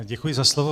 Děkuji za slovo.